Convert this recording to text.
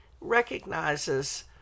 recognizes